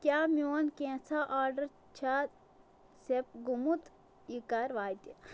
کیٛاہ میون کینٛژھا آرڈر چھا سیپ گوٚمُت یہِ کَر واتہِ